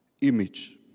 image